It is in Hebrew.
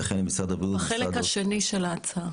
ולמשרד הבריאות ולמשרד האוצר,